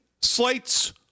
slates